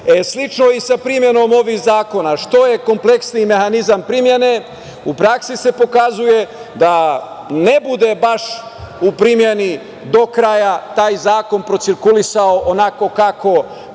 je i sa primenom ovih zakona. Što je kompleksniji mehanizam primene, u praksi se pokazuje da ne bude baš u primeni do kraja taj zakon procirkulisao onako kako